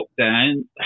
lockdown